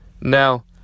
Now